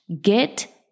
get